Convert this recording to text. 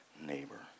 neighbor